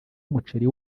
umuceri